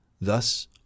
Thus